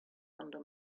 under